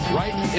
right